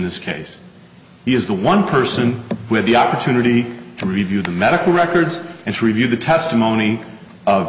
this case he is the one person who had the opportunity to review the medical records and review the testimony of